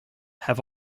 have